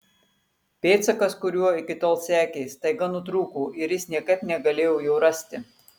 pėdsakas kuriuo iki tol sekė staiga nutrūko ir jis niekaip negalėjo jo rasti